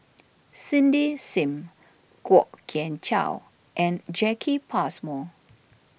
Cindy Sim Kwok Kian Chow and Jacki Passmore